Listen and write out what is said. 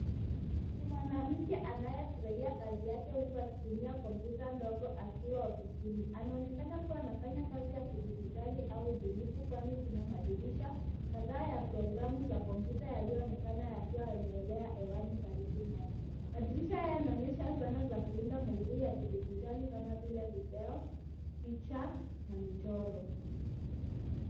Ni mwanamke anayefurahia kazi yake huku akitumia kompyuta ndogo akiwa ofisini. Anaonekana kuwa anafanya kazi ya kidijitali au ubunifu kwani kuna madirisha kadhaa ya programu za kompyuta yaliyoonekana yakiwa yameelea hewani karibu naye. Madirisha haya yanaonyesha sana za kuunda maudhui ya kidijitali kama vile video, picha na michoro.